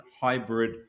hybrid